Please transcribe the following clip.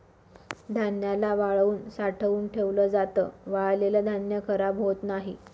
धान्याला वाळवून साठवून ठेवल जात, वाळलेल धान्य खराब होत नाही